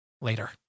later